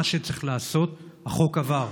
מה שצריך לעשות, החוק עבר,